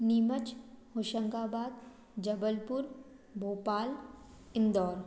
Neemuch Hoshangabad Jabalpur Bhopal Indore